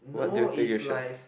what do you think you should